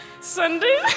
Sunday